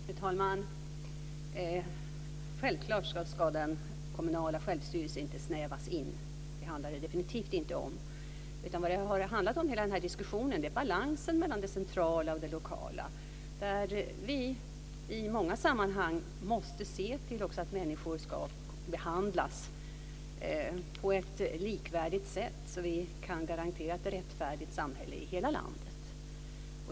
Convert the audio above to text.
Fru talman! Självklart ska den kommunala självstyrelsen inte snävas in. Det handlar definitivt inte om det. Vad hela den här diskussionen har handlat om är balansen mellan det centrala och det lokala. Vi måste i många sammanhang också se till att människor behandlas på ett likvärdigt sätt, så att vi kan garantera ett rättfärdigt samhälle i hela landet.